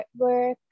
artwork